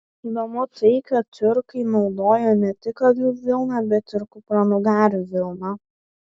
įdomu tai kad tiurkai naudojo ne tik avių vilną bet ir kupranugarių vilną